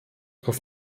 auf